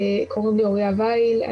קוראים לי אוריה וייל,